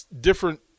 different